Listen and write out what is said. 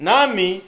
Nami